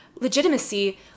legitimacy